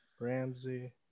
Ramsey